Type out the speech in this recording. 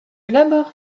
labour